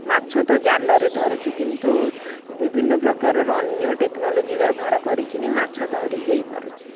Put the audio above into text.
ମାଛ ତ ଜାଲରେ ଧରୁଛୁ କିନ୍ତୁ ବିଭିନ୍ନ ପ୍ରକାରର ଅନ୍ୟ ଟେକ୍ନୋଲୋଜି ବ୍ୟବହାର କରିକି ବି ମାଛ ଧରି ହେଇ ପାରୁଛି